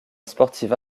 sportive